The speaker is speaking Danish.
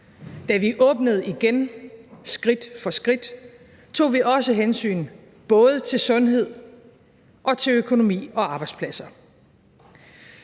Da vi åbnede igen, skridt for skridt, tog vi også hensyn til sundhed, økonomi og arbejdspladser.